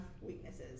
weaknesses